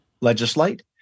legislate